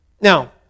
Now